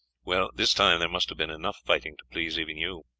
well, this time there must have been enough fighting to please even you.